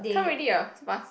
come already ah so fast